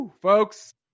Folks